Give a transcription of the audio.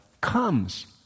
comes